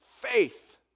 faith